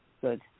Good